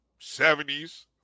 70s